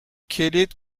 کلید